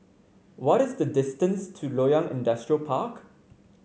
what is the distance to Loyang Industrial Park